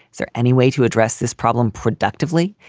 is there any way to address this problem productively?